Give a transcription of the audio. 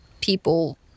people